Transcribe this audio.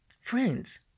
Friends